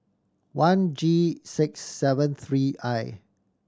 one G six seven three I